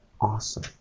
awesome